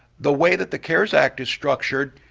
the way that the cares act is structured,